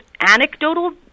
anecdotal